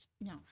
no